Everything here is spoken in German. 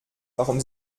warum